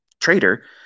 trader